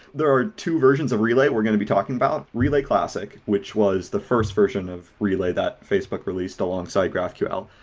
there are two versions of relay we're going to be talking about relay classic, which was the first version of relay that facebook released alongside graphql,